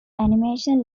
animation